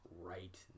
right